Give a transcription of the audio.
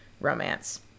romance